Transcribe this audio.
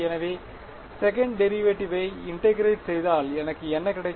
எனவே செகண்ட் டெரிவேட்டிவ்வை இன்டெகிரேட் செய்தால் எனக்கு என்ன கிடைக்கும்